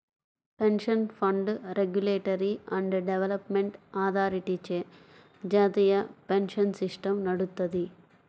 pension fund regulatory and development అథారిటీచే జాతీయ pension system నడుత్తది